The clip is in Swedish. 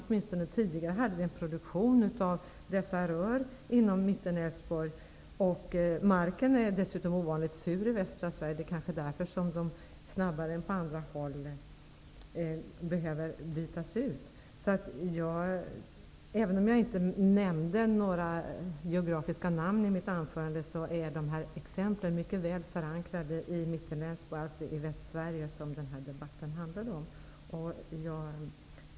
Åtminstone tidigare hade vi en produktion av sådana rör i Mittenälvsborg. Marken är ovanligt sur i västra Sverige, så det är kanske därför som rören snabbare än som är fallet på andra håll behöver bytas ut. Även om jag inte nämnde några geografiska namn i mitt huvudanförande är exemplen här mycket väl förankrade i Mittenälvsborg -- alltså i Västsverige, som den här debatten handlar om.